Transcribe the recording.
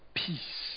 peace